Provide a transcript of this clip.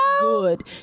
good